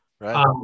right